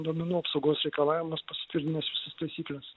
duomenų apsaugos reikalavimus pasitvirtinęs visas taisykles